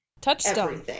Touchstone